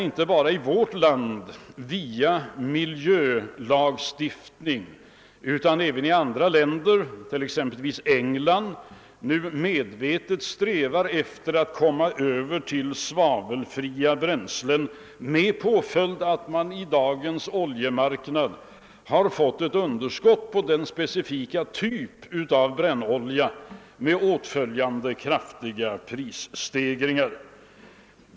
Inte bara i vårt land utan även t.ex. i England strävar man efter att med hänsyn till miljön gå över till svavelfria bränslen. Följden har blivit att det på oljemarknaden har uppstått ett underskott på denna specifika typ av brännolja, vilket har lett till kraftiga prisstegringar.